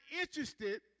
interested